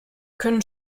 können